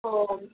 हो हो